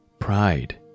pride